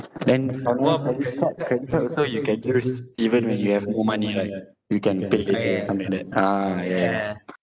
then on one of the credit card also you can use even when you have no money right you can pay later something like that ah yeah